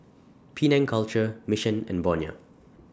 Penang Culture Mission and Bonia